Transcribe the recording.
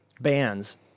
bands